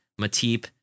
Mateep